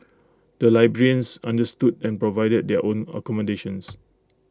the librarians understood and provided their own accommodations